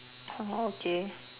oh okay